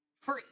Free